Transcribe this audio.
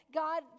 god